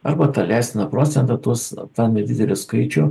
arba tą leistiną procentą tuos tą nedidelį skaičių